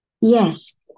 Yes